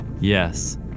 Yes